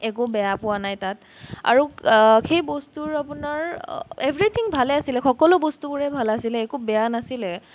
একো বেয়া পোৱা নাই তাত আৰু সেই বস্তুৰ আপোনাৰ এভৰিথিং ভালে আছিলে সকলো বস্তুবোৰেই ভাল আছিলে একো বেয়া নাছিলে